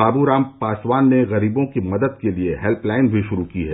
बाबूराम पासवान ने गरीबों की मदद के लिए हेल्पलाइन भी शुरू की है